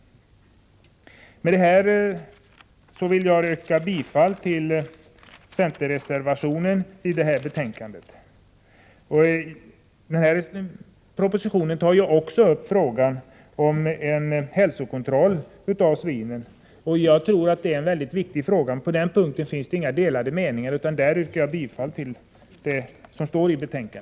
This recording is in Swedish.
Med detta vill jag yrka bifall till centerreservationen i betänkandet. I propositionen tas också upp frågan om en hälsokontroll av svin. Jag tror att en sådan kontroll är mycket angelägen, och på den punkten finns inga delade meningar. I det avseendet yrkar jag bifall till utskottets hemställan.